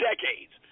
decades